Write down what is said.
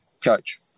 coach